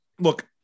Look